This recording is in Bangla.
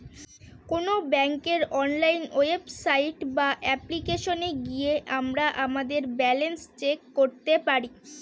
কোন ব্যাঙ্কের অনলাইন ওয়েবসাইট বা অ্যাপ্লিকেশনে গিয়ে আমরা আমাদের ব্যালান্স চেক করতে পারি